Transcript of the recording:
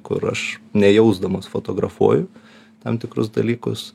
kur aš nejausdamas fotografuoju tam tikrus dalykus